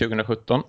2017